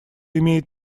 имеет